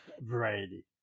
variety